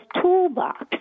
toolbox